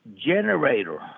Generator